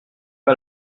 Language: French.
pas